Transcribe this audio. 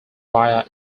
via